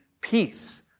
peace